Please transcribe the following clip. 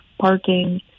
parking